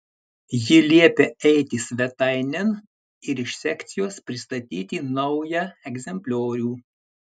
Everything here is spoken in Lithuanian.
ji liepia eiti svetainėn ir iš sekcijos pristatyti naują egzempliorių